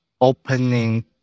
opening